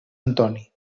antoni